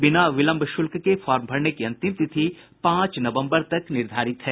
बिना विलंब शुल्क के फॉर्म भरने की अंतिम तिथि पांच नवम्बर तक निर्धारित है